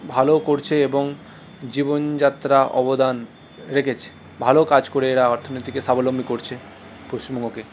ভালো করছে এবং জীবনযাত্রা অবদান রেখেছে ভালো কাজ করে এরা অর্থনীতিকে স্বাবলম্বী করছে পশ্চিমবঙ্গকে